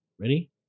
Ready